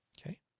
Okay